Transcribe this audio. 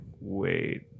wait